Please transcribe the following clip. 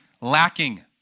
lacking